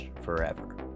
forever